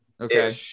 okay